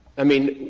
i mean,